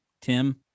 Tim